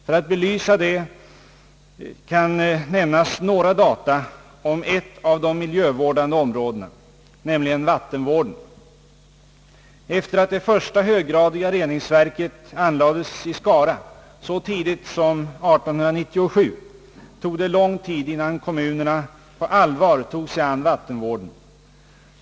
För att belysa det kan jag nämna några data om ett av de miljövårdande områdena, nämligen vattenvården. Efter att det första höggradiga reningsverket anlagts i Skara så tidigt som 1897 dröjde det lång tid innan kommunerna på allvar tog sig an vattenvården.